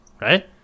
right